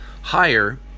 higher